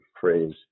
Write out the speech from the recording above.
phrase